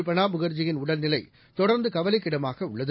பிரணாப் முகர்ஜியின் உடல்நிலை தொடர்ந்து கவலைக்கிடமாக உள்ளது